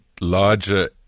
larger